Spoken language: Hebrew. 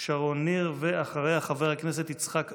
שרון ניר, ואחריה, חבר הכנסת יצחק קרויזר.